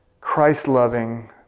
Christ-loving